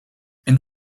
and